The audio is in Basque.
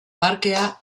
parkea